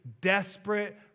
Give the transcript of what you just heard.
desperate